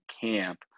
camp